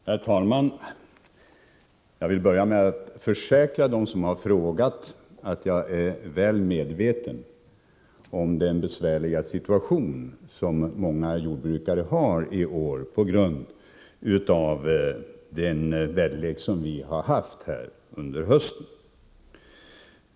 Herr talman! Jag vill börja med att försäkra dem som har frågat att jag är väl medveten om den besvärliga situation som många jordbrukare befinner sig i i år på grund av höstens väderlek.